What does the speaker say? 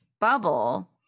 bubble